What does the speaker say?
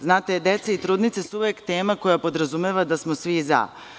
Znate, deca i trudnice su uvek tema koja podrazumeva da smo svi za.